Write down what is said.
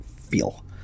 Feel